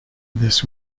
this